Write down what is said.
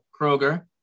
Kroger